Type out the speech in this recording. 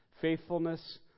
faithfulness